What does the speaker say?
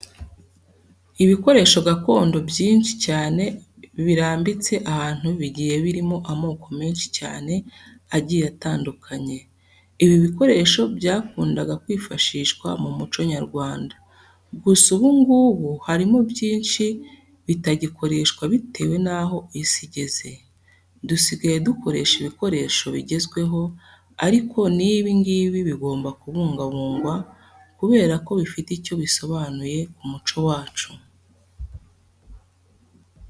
Ibikoresho gakondo byinshi cyane birambitse ahantu bigiye birimo amoko menshi cyane agiye atandukanye. Ibi bikoresho byakundaga kwifashishwa mu muco nyarwanda, gusa ubu ngubu harimo byinshi bitagikoreshwa bitewe n'aho isi igeze. Dusigaye dukoresha ibikoresho bigezweho ariko n'ibi ngibi bigomba kubungabungwa kubera ko bifite icyo bisobanuye ku muco wacu.